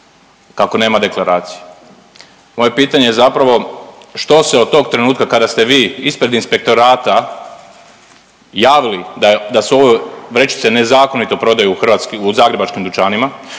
kako nema deklaraciju. Moje pitanje je zapravo što se od tog trenutka kad ste vi ispred inspektorata javili da se ove vrećice nezakonito prodaju i hrvatskim, u zagrebačkim dućanima,